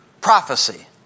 prophecy